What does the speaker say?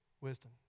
wisdom